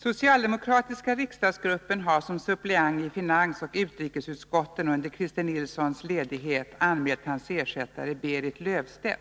Socialdemokratiska riksdagsgruppen har som suppleant i finansoch utrikesutskotten under Christer Nilssons ledighet anmält hans ersättare Berit Löfstedt